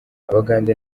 abagande